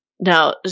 now